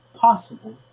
possible